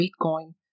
Bitcoin